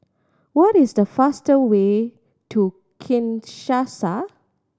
what is the faster way to Kinshasa